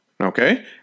Okay